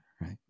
right